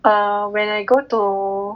err when I go to